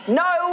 no